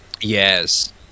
Yes